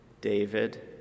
David